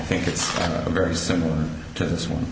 think it's very similar to this one